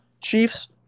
Chiefs